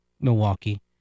Milwaukee